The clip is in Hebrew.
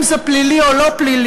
אם זה פלילי או לא פלילי,